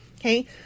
Okay